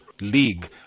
league